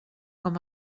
com